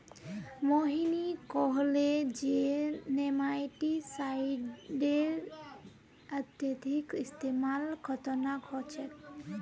मोहिनी कहले जे नेमाटीसाइडेर अत्यधिक इस्तमाल खतरनाक ह छेक